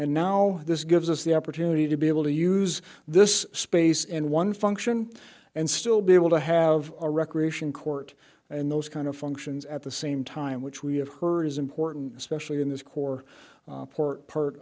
and now this gives us the opportunity to be able to use this space in one function and still be able to have a recreation court and those kind of functions at the same time which we have heard is important especially in this core port pert